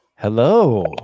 Hello